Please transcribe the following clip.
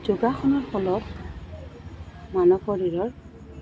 যোগাসনৰ ফলত মানৱ শৰীৰৰ